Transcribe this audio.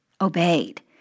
obeyed